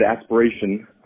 Aspiration